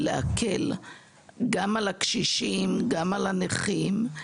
ולהקל על הקשישים ועל הנכים.